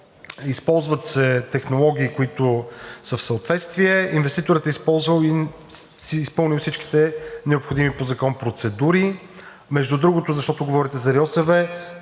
Използват се технологии, които са в съответствие. Инвеститорът е използвал и си е изпълнил всичките необходими по закон процедури. Между другото, защото говорите за